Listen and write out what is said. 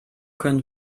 können